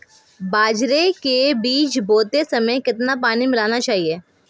बाजरे के बीज बोते समय कितना पानी मिलाना चाहिए?